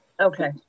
Okay